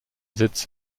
sitz